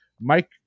Mike